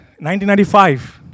1995